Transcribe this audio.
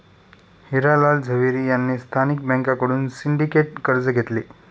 हिरा लाल झवेरी यांनी स्थानिक बँकांकडून सिंडिकेट कर्ज घेतले